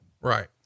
Right